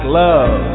love